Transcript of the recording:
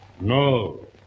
No